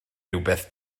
rywbeth